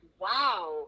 wow